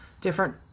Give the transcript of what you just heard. different